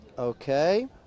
Okay